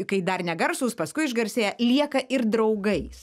kai dar ne garsūs paskui išgarsėja lieka ir draugais